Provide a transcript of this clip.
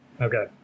Okay